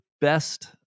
best